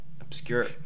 obscure